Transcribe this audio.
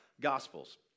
gospels